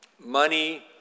money